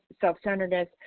self-centeredness